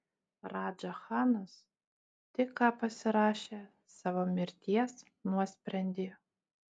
radža chanas tik ką pasirašė savo mirties nuosprendį